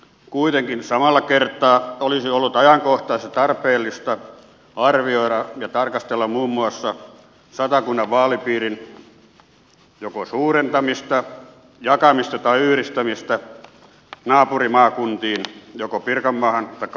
kuitenkin samalla kertaa olisi ollut ajankohtaista ja tarpeellista arvioida ja tarkastella muun muassa satakunnan vaalipiirin joko suurentamista jakamista tai yhdistämistä naapurimaakuntiin joko pirkanmaahan taikka varsinais suomen vaalipiiriin